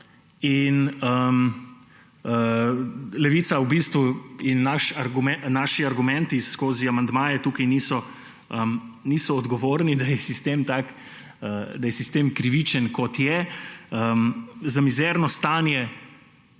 in Levica in naši argumenti skozi amandmaje tukaj niso odgovorni, da je sistem krivičen, kot je. Za mizerno stanje